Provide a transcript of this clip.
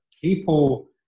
people